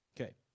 Okay